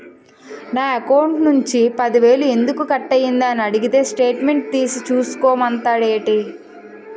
నా అకౌంట్ నుంచి పది వేలు ఎందుకు కట్ అయ్యింది అని అడిగితే స్టేట్మెంట్ తీసే చూసుకో మంతండేటి